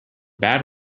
bad